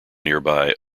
nearby